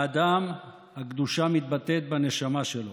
באדם, הקדושה מתבטאת בנשמה שלו,